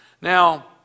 Now